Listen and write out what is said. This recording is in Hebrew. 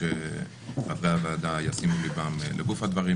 שחברי הוועדה ישימו ליבם לגוף הדברים,